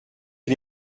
que